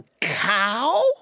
cow